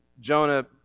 Jonah